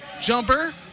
jumper